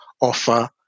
offer